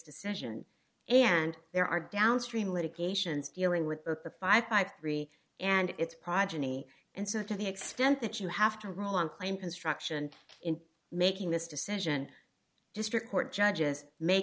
decision and there are downstream litigations dealing with the five by three and its progeny and so to the extent that you have to rule on claim construction in making this decision district court judges may